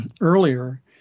earlier